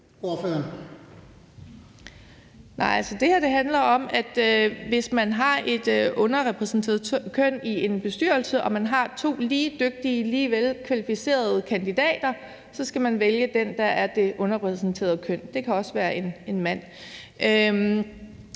hvis man har et underrepræsenterede køn i en bestyrelse og man har to lige dygtige, lige velkvalificerede kandidater, skal man vælge den, der er det underrepræsenterede køn. Det kan også være en mand.